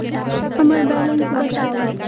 हम्मर बैलेंस बताऊ